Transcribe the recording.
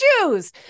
Jews